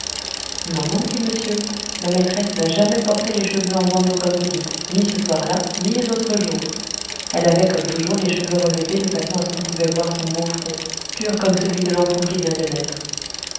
non mon p'tit monsieur ma maîtresse n'a jamais porté les cheveux en bandeaux comme vous dites ni ce soir-là ni les autres jours elle avait comme toujours les cheveux relevés de façon à ce qu'on pouvait voir son beau front pur comme celui de l'enfant qui vient de naître